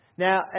Now